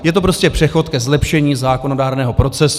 Je to prostě přechod ke zlepšení zákonodárného procesu.